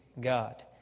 God